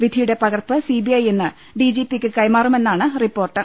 വിധിയുടെ പകർപ്പ് C B I ഇന്ന് ഡി ജി പി ക്ക് കൈമാറുമെന്നാണ് റിപ്പോർട്ട്